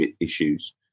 issues